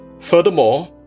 Furthermore